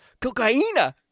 Cocaina